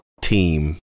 team